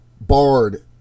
barred